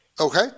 Okay